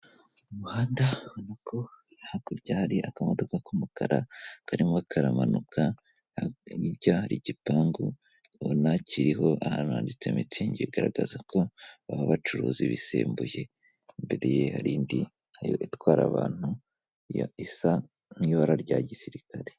Umuhanda ubona ko hakurya hari akamodoka k'umukara karimo karamanuka, hirya hari igipangu ubona kiriho ahantu handitse mitsingi bigaragaza ko aho bacuruza bisimbuye, imbere ye hari indi nayo itwara abantu yo isa n'ibara rya gisirikare.